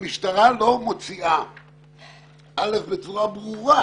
המשטרה לא מוציאה בצורה ברורה